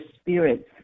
spirits